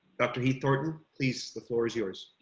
doctor, he thornton, please. the floor is yours.